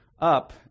up